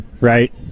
right